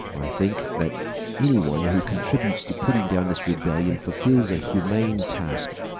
i think that any one who contributes to putting down this rebellion fulfils a humane task,